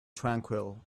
tranquil